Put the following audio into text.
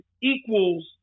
equals